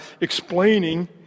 explaining